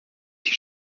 die